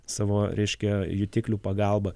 savo reiškia jutiklių pagalba